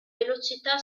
velocità